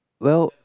well